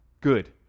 Good